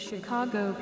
Chicago